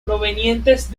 provenientes